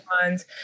funds